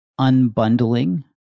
unbundling